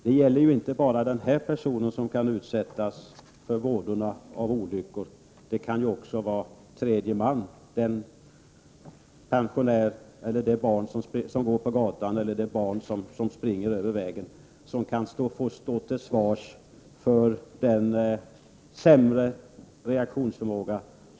Och det är ju inte bara den alkoholpåverkade föraren själv som kan råka ut för olyckor, utan det kan också tredje man. Den pensionär som går på gatan eller det barn som springer över vägen kan också råka illa ut på grund av bilförarens sämre reaktionsförmåga.